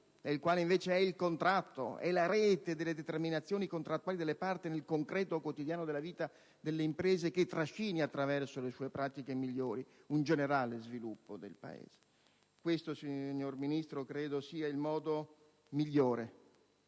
nel quale invece è il contratto, è la rete delle determinazioni contrattuali delle parti nel concreto quotidiano della vita delle imprese che deve trascinare, attraverso le sue pratiche migliori, un generale sviluppo del Paese. Questo, signor Ministro, credo sia il modo migliore